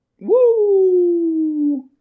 Woo